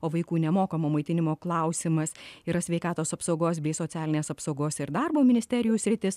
o vaikų nemokamo maitinimo klausimas yra sveikatos apsaugos bei socialinės apsaugos ir darbo ministerijų sritis